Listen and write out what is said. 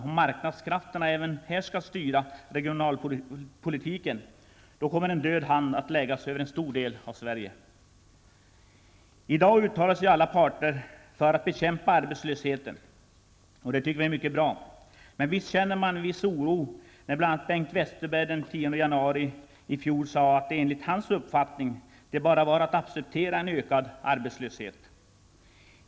Om marknadskrafterna även här skall styra regionalpolitiken, kommer en död hand att läggas över en stor del av Sverige. I dag uttalar sig alla partier för att bekämpa arbetslösheten. Det tycker vi är mycket bra, men visst känner man en viss oro när bl.a. Bengt Westerberg den 10 januari i fjol sade, att det enligt hans uppfattning bara var att acceptera en ökad arbetslöshet.